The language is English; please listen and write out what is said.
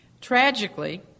Tragically